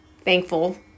thankful